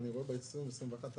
רואה ב-2021 את